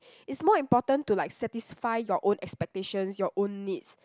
it's more important to like satisfy your own expectations your own needs